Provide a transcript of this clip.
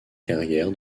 carrière